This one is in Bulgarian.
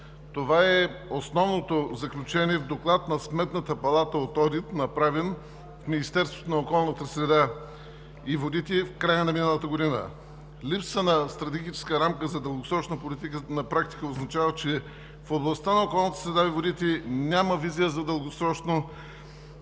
Това е основното заключение в Доклада на Сметната палата от одит, направен в Министерството на околната среда и водите в края на миналата година. Липса на стратегическа рамка за дългосрочна политика на практика означава, че в областта на околната среда и водите няма визия за дългосрочни